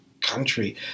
country